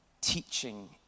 teaching